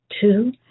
Two